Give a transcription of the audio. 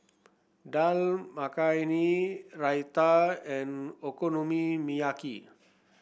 Dal Makhani Raita and Okonomiyaki